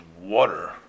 water